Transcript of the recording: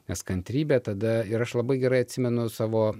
nes kantrybė tada ir aš labai gerai atsimenu savo